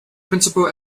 principal